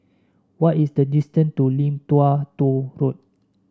what is the distance to Lim Tua Tow Road